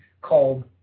called